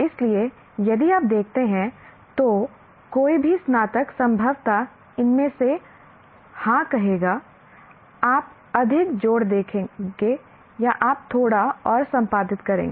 इसलिए यदि आप देखते हैं तो कोई भी स्नातक संभवतः इनमें से हां कहेगा आप अधिक जोड़ देंगे या आप थोड़ा और संपादित करेंगे